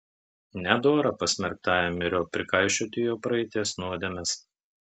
nedora pasmerktajam myriop prikaišioti jo praeities nuodėmes